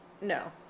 no